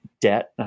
debt